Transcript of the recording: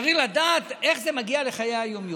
צריך לדעת איך זה מגיע לחיי היום-יום.